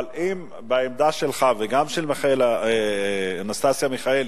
אבל אם בעמדה שלך, וגם של אנסטסיה מיכאלי,